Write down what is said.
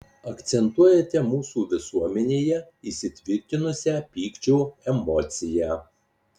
akcentuojate mūsų visuomenėje įsitvirtinusią pykčio emociją